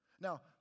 Now